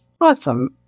Awesome